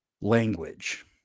language